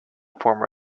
former